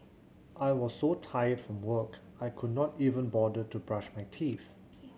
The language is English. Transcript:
I was so tired from work I could not even bother to brush my teeth